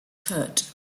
hurt